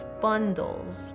bundles